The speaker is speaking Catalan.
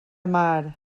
mar